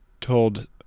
told